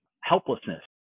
Helplessness